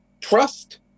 trust